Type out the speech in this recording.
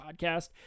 podcast